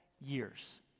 years